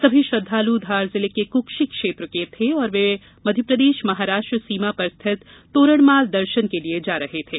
सभी श्रद्वालु धार जिले के कुक्षी क्षेत्र के थे और वे मध्यप्रदेश महाराष्ट्र सीमा पर स्थित तोरणमाल दर्शन के लिये जा रहे थे